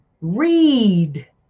read